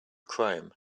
chrome